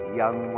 young